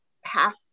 half